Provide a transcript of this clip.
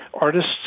artists